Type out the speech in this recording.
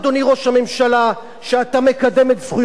שאתה מקדם את זכויותינו כאן ואחר כך הולך